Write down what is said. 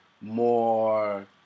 more